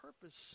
purpose